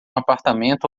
apartamento